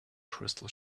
crystal